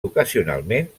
ocasionalment